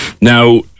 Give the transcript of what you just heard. Now